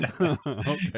Okay